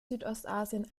südostasien